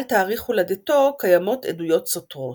על תאריך הולדתו קיימות עדויות סותרות.